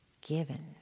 given